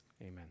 Amen